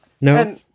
No